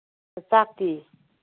ꯆꯥꯛꯇꯤ